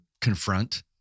confront